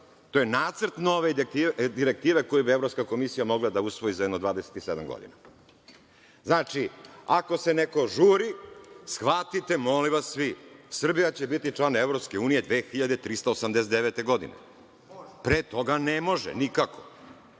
to je nacrt nove direktive koji bi Evropska komisija mogla da usvoji za jedno 27 godina. Znači, ako se neko žuri, shvatite molim vas svi, Srbija će biti član EU 2389. godine, pre toga ne može nikako.